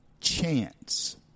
chance